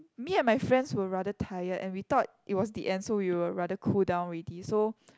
me and my friends were rather tired and we thought it was the end so we were rather cool down already so